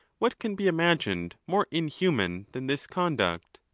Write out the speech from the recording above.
what can be imagined more inhuman than this conduct?